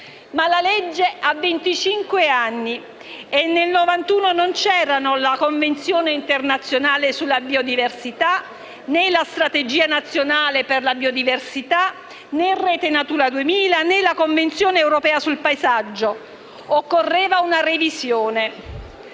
la legge ha venticinque anni e nel 1991 non c'erano la Convenzione internazionale sulla biodiversità, né la Strategia nazionale per la biodiversità, né Rete Natura 2000, né la Convenzione europea del paesaggio, quindi occorreva una revisione.